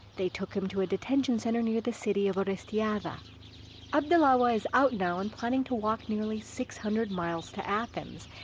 they took him to a detention center near the city of orestiada abdullaweh is out now and planning to walk nearly six hundred miles to athens.